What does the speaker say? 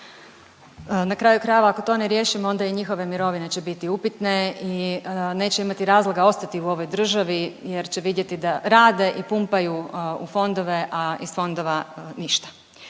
na kraju krajeva ako to ne riješimo onda i njihove mirovine će biti upitne i neće imati razloga ostati u ovoj državi jer će vidjeti da rade i pumpaju u fondove, a iz fondova ništa.